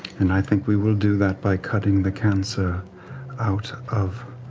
and i think we will do that by cutting the cancer out of